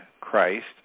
Christ